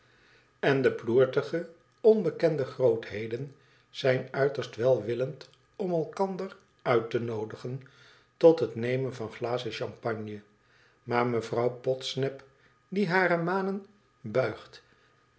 en de ploertige onbekende grootheden zijn uiterst welwillend om elkander uit te noodigen tot het nemen van glazen champagne maar mevrouw podsnap die hare manen buigt